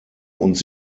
uns